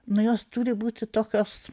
nu jos turi būti tokios